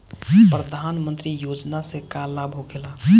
प्रधानमंत्री योजना से का लाभ होखेला?